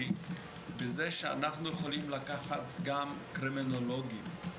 בזה שאנחנו יכולים לקחת גם קרימינולוגים,